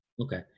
Okay